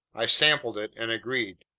i sampled it and agreed.